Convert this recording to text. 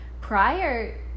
prior